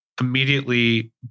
immediately